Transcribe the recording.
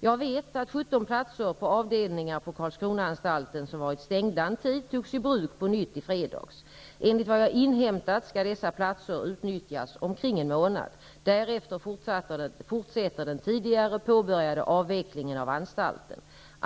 Jag vet att 17 platser på avdelningar på Karlskronaanstalten som varit stängda en tid togs i bruk på nytt i fredags. Enligt vad jag inhämtat skall dessa platser utnyttjas omkring en månad. Därefter fortsätter den tidigare påbörjade avvecklingen av anstalten.